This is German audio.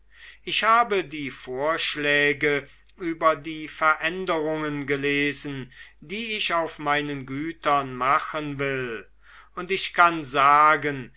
ich habe die vorschläge über die veränderungen gelesen die ich auf meinen gütern machen will und ich kann sagen